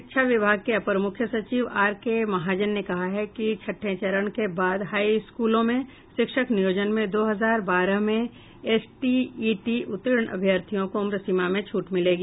शिक्षा विभाग के अपर मुख्य सचिव आर के महाजन ने कहा है कि छठें चरण के बाद हाई स्कूलों में शिक्षक नियोजन में दो हजार बारह में एसटीईटी उत्तीर्ण अभ्यर्थियों को उम्र सीमा में छूट मिलेगी